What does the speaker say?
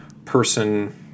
person